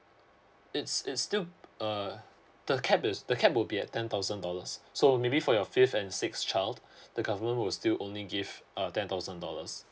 it's it's still uh the cap is the cap would be at ten thousand dollars so maybe for your fifth and sixth child the government will still only give uh ten thousand dollars